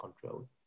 control